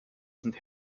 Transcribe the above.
sind